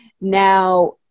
Now